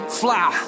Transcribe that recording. fly